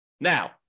Now